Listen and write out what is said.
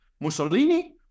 Mussolini